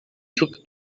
took